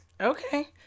Okay